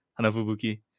hanafubuki